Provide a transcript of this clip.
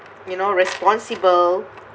you know responsible